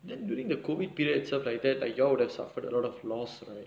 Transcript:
then during the COVID period and stuff like that like you all would have suffered a lot of loss right